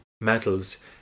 metals